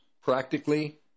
practically